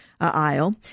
aisle